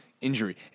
injury